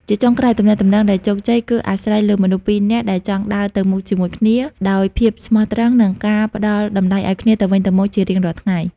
ជាចុងក្រោយ ទំនាក់ទំនងដែលជោគជ័យគឺអាស្រ័យលើមនុស្សពីរនាក់ដែលចង់ដើរទៅមុខជាមួយគ្នា ដោយភាពស្មោះត្រង់ និងការផ្ដល់តម្លៃឱ្យគ្នាទៅវិញទៅមកជារៀងរាល់ថ្ងៃ។